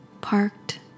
parked